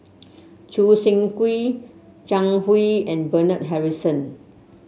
Choo Seng Quee Zhang Hui and Bernard Harrison